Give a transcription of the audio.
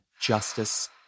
justice